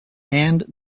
and